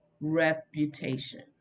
reputation